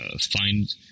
find